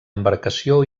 embarcació